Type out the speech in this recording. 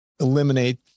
eliminate